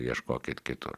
ieškokit kitur